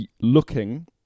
looking